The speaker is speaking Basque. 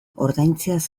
ordaintzeaz